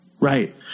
right